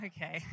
Okay